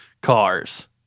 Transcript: cars